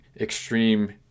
extreme